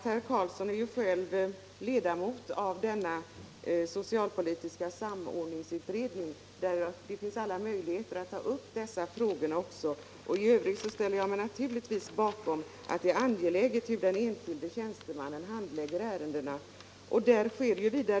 Herr Carlsson i Vikmanshyttan är ledamot av den socialpolitiska samordningsutredningen, där det finns alla möjligheter att ta upp dessa frågor. I övrigt ställer jag mig naturligtvis bakom uttalandet att det är angeläget att den enskilde tjänstemannen handlägger ärendena på ett korrekt sätt.